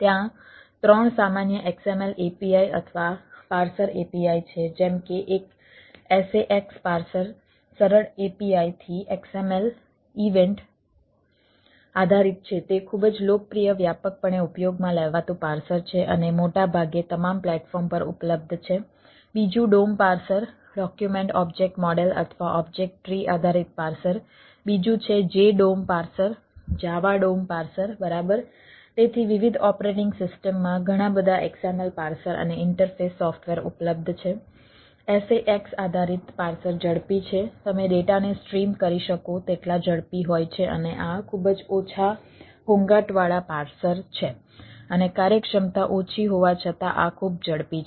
ત્યાં ત્રણ સામાન્ય XML API અથવા પાર્સર API છે જેમ કે એક SAX પાર્સર સરળ API થી XML ઇવેન્ટ કરી શકો તેટલા ઝડપી હોય છે અને આ ખૂબ જ ઓછા ઘોંઘાટવાળા પાર્સર છે અને કાર્યક્ષમતા ઓછી હોવા છતાં આ ખૂબ ઝડપી છે